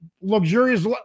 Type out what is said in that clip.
luxurious